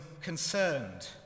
concerned